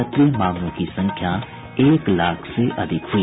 सक्रिय मामलों की संख्या एक लाख से अधिक हुई